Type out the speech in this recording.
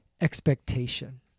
expectation